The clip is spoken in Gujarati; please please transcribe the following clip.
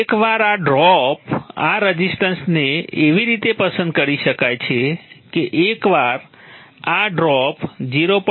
એકવાર આ ડ્રોપ આ રઝિસ્ટન્સને એવી રીતે પસંદ કરી શકાય છે કે એકવાર આ ડ્રોપ 0